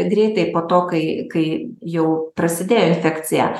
greitai po to kai kai jau prasidėjo infekcija